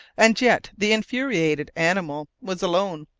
and yet the infuriated animal was alone,